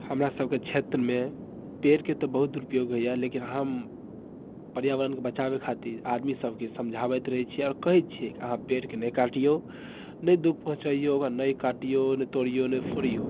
हमरा सबके छेत्रमे पेड़के तऽ बहुत दुरूपयोग होइए लेकिन हम पर्यावरणके बचावे खातिर आदमी सबके समझाबैत रहैत छियै आओर कहैत छियै अहाँ पेड़के नहि काटिऔ नहि दुःख पहुँचैऔ ओकरा नहि काटिऔ नहि तोड़िऔ नहि फोड़िऔ